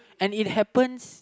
and it happens